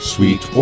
Sweet